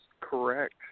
correct